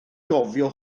gofio